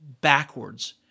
backwards